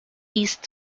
east